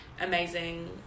amazing